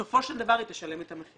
בסופו של דבר היא תשלם את המחיר.